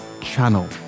channel